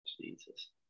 Jesus